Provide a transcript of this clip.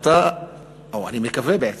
או אני מקווה בעצם,